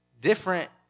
different